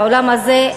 באולם הזה,